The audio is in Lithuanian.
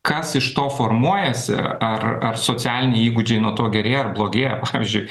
kas iš to formuojasi ar ar socialiniai įgūdžiai nuo to gerėja ar blogėja pavyzdžiui